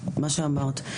ה"נסיכים", מה שאמרת.